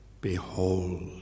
Behold